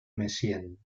messiaen